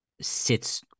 sits